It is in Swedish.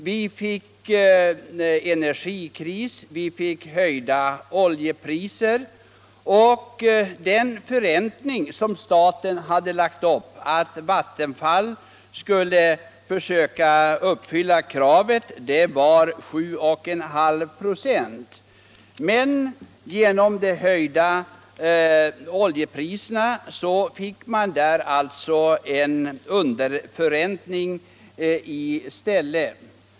Vi fick energikris och höjda oljepriser. Det krav på förräntning som staten hade satt upp för Vattenfalls del var 7,5 96, men på grund av de höjda oljepriserna blev det i stället en underförräntning.